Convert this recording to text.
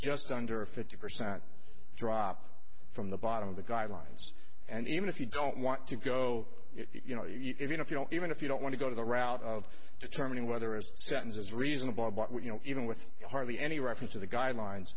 just under a fifty percent drop from the bottom of the guidelines and even if you don't want to go you know even if you don't even if you don't want to go to the route of determining whether a sentence is reasonable but you know even with hardly any reference to the guidelines